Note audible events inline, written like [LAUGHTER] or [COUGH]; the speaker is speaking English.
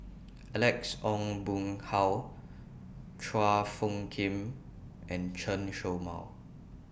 [NOISE] Alex Ong Boon Hau Chua Phung Kim and Chen Show Mao